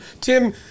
Tim